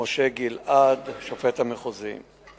משה גלעד, השופט המחוזי.